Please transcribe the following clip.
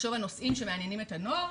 לחשוב על נושאים שמעניינים את הנוער,